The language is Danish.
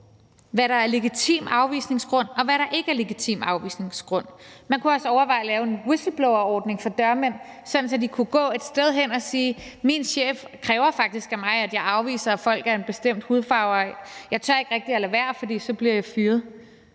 hvad der er legitim afvisningsgrund, og hvad der ikke er legitim afvisningsgrund. Man kunne også overveje at lave en whistleblowerordning for dørmænd, sådan at de kunne gå et sted hen og sige: Min chef kræver faktisk af mig, at jeg afviser folk af en bestemt hudfarve, og jeg tør ikke rigtig at lade være, for så bliver jeg fyret.